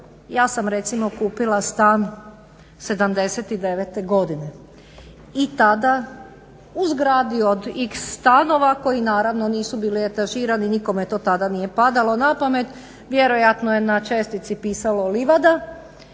ja sam recimo kupila stan '79. godine i tada u zgradi od iks stanova koji naravno nisu bili etažirani, nikome to tada nije padalo na pamet, vjerojatno je na čestici pisalo livada